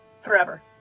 forever